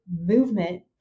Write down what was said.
movement